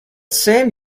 same